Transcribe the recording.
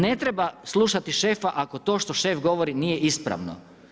Ne treba slušati šefa ako to što šef govori nije ispravno.